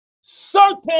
certain